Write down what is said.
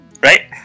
right